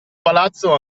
palazzo